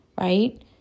Right